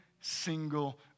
single